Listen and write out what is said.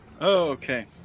Okay